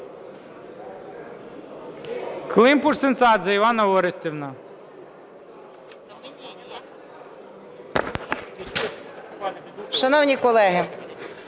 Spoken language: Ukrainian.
Шановні колеги,